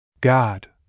God